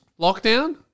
lockdown